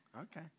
Okay